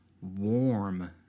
warm